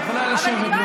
אדוני היושב-ראש, נגמר